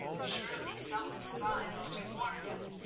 surely some spy must have warned them,